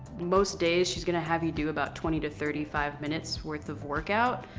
most days, she's gonna have you do about twenty to thirty five minutes worth of workout.